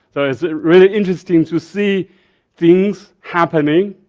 so it's really interesting to see things happening